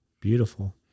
Beautiful